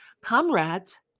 Comrades